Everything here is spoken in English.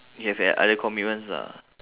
you have had other commitments lah